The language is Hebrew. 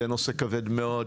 זה נושא כבד מאוד.